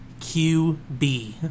QB